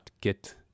get